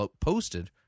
posted